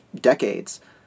decades